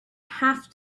have